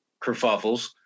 kerfuffles